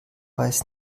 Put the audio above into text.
weiß